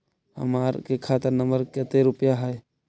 हमार के खाता नंबर में कते रूपैया है?